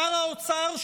שר האוצר,